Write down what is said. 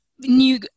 New